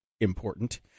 important